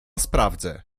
sprawdzę